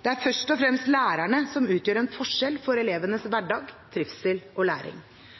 Det er først og fremst lærerne som utgjør en forskjell for elevenes hverdag, trivsel og læring.